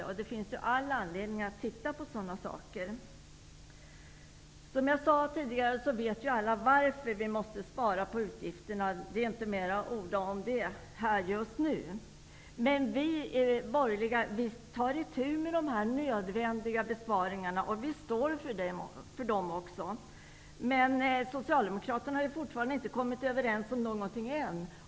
Och det finns all anledning att titta på sådana saker. Som jag sade tidigare vet alla varför vi måste spara på utgifterna. Det är inte mer att orda om detta just nu. Men vi borgerliga tar itu med de nödvändiga besparingarna, och vi står också för dem. Men Socialdemokraterna har fortfarande inte kommit överens om något.